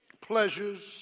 Pleasures